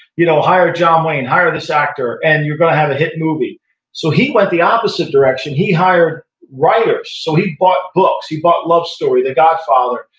you know hire a john wayne, hire this actor and you're going to have a hit movie so, he went the opposite direction. he hired writers. so he bought books, he bought love story, the godfather.